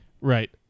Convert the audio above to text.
Right